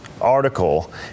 article